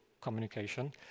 communication